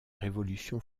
révolution